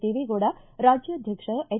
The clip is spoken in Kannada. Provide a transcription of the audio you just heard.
ದೇವೆಗೌಡ ರಾಜ್ಯಾಧ್ವಕ್ಷ ಎಚ್